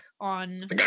on-